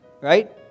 right